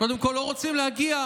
איזה מין תל אביבי לא תומך בזה?